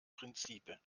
príncipe